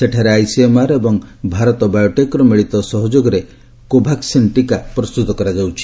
ସେଠାରେ ଆଇସିଏମ୍ଆର୍ ଓ ଭାରତ ବାୟୋଟେକ୍ର ମିଳିତ ସହଯୋଗ 'କୋଭାକ୍ୱିନ୍' ଟୀକା ପ୍ରସ୍ତୁତ କରାଯାଉଛି